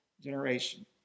generation